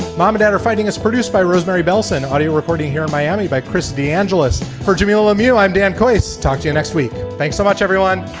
mom and dad are fighting us. produced by rosemarie bellson. audio recording here in miami by crista angeles. for jimmy omeo, i'm dan coates. talk to you next week. thanks so much, everyone